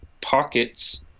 pockets